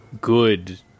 good